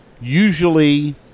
usually